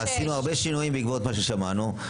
עשינו הרבה שינויים בעקבות מה ששמענו,